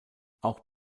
auch